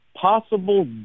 possible